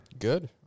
Good